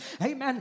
amen